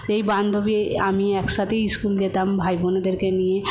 সেই বান্ধবী আমি একসাথেই স্কুল যেতাম ভাইবোনেদেরকে নিয়ে